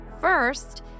First